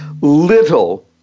Little